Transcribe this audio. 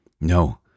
No